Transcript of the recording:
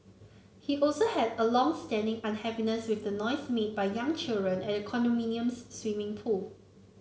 he also had a long standing unhappiness with the noise made by young children at the condominium's swimming pool